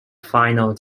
final